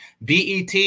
BET